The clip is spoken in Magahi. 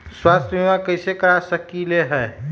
स्वाथ्य बीमा कैसे करा सकीले है?